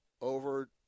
over